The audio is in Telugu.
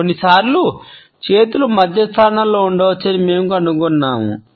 కొన్నిసార్లు చేతులు మధ్య స్థానంలో ఉంచవచ్చని మేము కనుగొన్నాము